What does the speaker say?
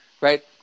right